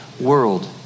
world